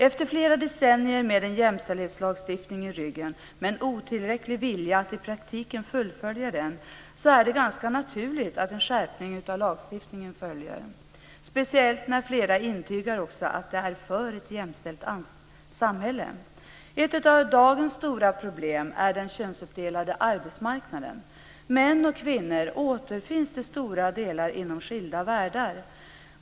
Efter flera decennier med en jämställdhetslagstiftning i ryggen, men otillräcklig vilja att i praktiken fullfölja den, är det ganska naturligt att en skärpning av lagstiftningen följer - speciellt när flera intygar att de är för ett jämställt samhälle. Ett av dagens stora problem är den könsuppdelade arbetsmarknaden. Män och kvinnor återfinns till stora delar inom skilda världar.